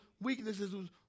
weaknesses